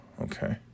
Okay